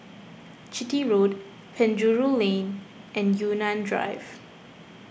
Chitty Road Penjuru Lane and Yunnan Drive